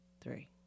three